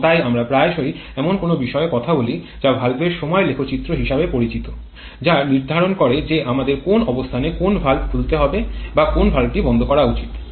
এবং তাই আমরা প্রায়শই এমন কোনও বিষয়ে কথা বলি যা ভালভের সময় লেখচিত্র হিসাবে পরিচিত যা নির্ধারণ করে যে আমাদের কোন অবস্থানে কোন ভালভ খুলতে হবে বা কোন ভালভটি বন্ধ করা উচিত